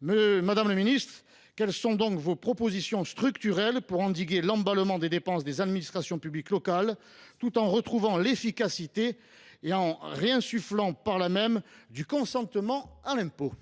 Madame la ministre, quelles sont vos propositions structurelles pour endiguer l’emballement des dépenses des administrations publiques locales, tout en retrouvant l’efficacité et en réinsufflant ainsi du consentement à l’impôt ?